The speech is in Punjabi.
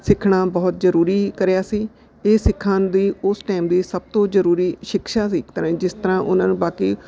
ਸਿੱਖਣਾ ਬਹੁਤ ਜ਼ਰੂਰੀ ਕਰਿਆ ਸੀ ਇਹ ਸਿੱਖਾਂ ਦੀ ਉਸ ਟਾਈਮ ਦੀ ਸਭ ਤੋਂ ਜਰੂਰੀ ਸ਼ਿਕਸ਼ਾ ਸੀ ਇੱਕ ਤਰ੍ਹਾਂ ਜਿਸ ਤਰ੍ਹਾਂ ਉਹਨਾਂ ਨੂੰ ਬਾਕੀ